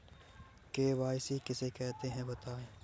KYC किसे कहते हैं बताएँ?